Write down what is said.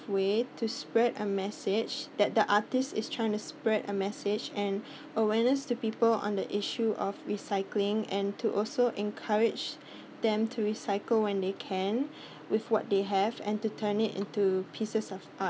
way to spread a message that the artist is trying to spread a message and awareness to people on the issue of recycling and to also encourage them to recycle when they can with what they have and to turn it into pieces of art